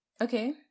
okay